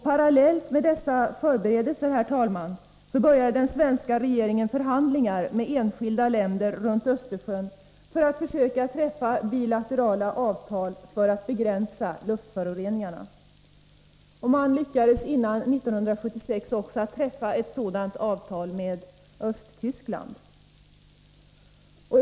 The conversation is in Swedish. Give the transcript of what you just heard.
Parallellt med dessa förberedelser, herr talman, påbörjade den svenska regeringen förhandlingar med enskilda länder runt Östersjön och sökte träffa bilaterala avtal för att begränsa luftföroreningarna. Man lyckades före 1976 träffa ett sådant avtal med Östtyskland.